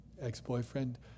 ex-boyfriend